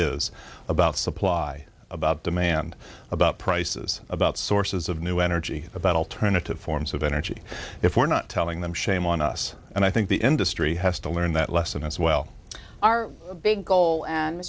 is about supply about demand about prices about sources of new energy about alternative forms of energy if we're not telling them shame on us and i think the industry has to learn that lesson as well our big goal and